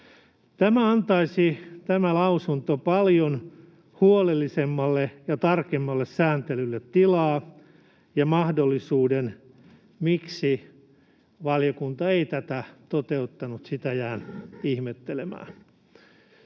Tämä lausunto antaisi paljon huolellisemmalle ja tarkemmalle sääntelylle tilaa ja mahdollisuuden. Miksi valiokunta ei tätä toteuttanut, sitä jään ihmettelemään.